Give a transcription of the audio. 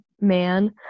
man